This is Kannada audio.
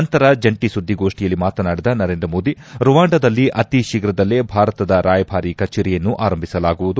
ನಂತರ ಜಂಟಿ ಸುದ್ದಿಗೋಷ್ಠಿಯಲ್ಲಿ ಮಾತನಾಡಿದ ನರೇಂದ್ರ ಮೋದಿ ರುವಾಂಡದಲ್ಲಿ ಅತಿ ಶೀಘುದಲ್ಲೇ ಭಾರತದ ರಾಯಭಾರಿ ಕಚೇರಿಯನ್ನು ಆರಂಭಿಸಲಾಗುವುದು